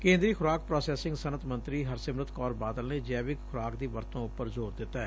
ਕੇਂਦਰੀ ਖੁਰਾਕ ਪ੍ਾਸੈਸਿੰਗ ਸਨੱਅਤ ਮੰਤਰੀ ਹਰਸਿਮਰਤ ਕੌਰ ਬਾਦਲ ਨੇ ਜੈਵਿਕ ਖੁਰਾਕ ਦੀ ਵਰਤੋਂ ਉਪਰ ਜ਼ੋਰ ਦਿੱਤੈ